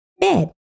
bed